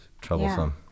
troublesome